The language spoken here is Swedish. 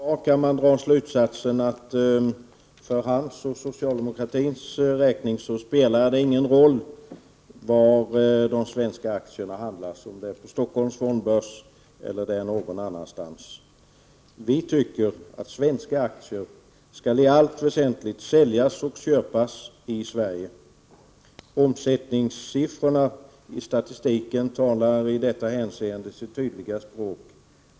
Herr talman! Av Karl Hagströms svar kan man dra slutsatsen att för hans och socialdemokratins räkning spelar det ingen roll var handeln med de svenska aktierna äger rum, om det är på Stockholms fondbörs eller någon annanstans. Vi tycker att svenska aktier i allt väsentligt skall säljas och köpas i Sverige. Omsättningssiffrorna i statistiken talar i detta hänseende sitt tydliga språk.